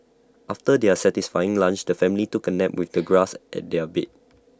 after their satisfying lunch the family took A nap with the grass at their bed